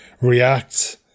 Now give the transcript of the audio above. react